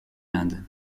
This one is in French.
inde